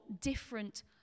different